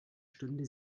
stunde